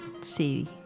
see